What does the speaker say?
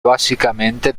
básicamente